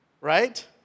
right